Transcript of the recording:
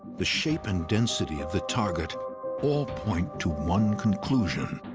the shape and density of the target all point to one conclusion